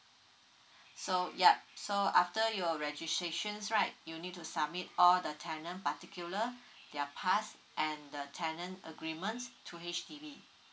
so yeah so after your registrations right you need to submit all the tenant particular their pass and the tenant agreements to H_D_B